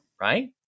right